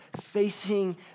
facing